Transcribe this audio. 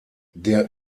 der